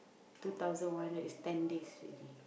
two thousand one hundred is ten days already